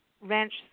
ranch